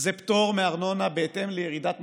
זה פטור מארנונה בהתאם לירידה במחזורים.